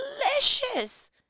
delicious